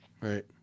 Right